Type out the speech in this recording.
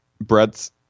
brett's